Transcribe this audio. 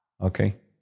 Okay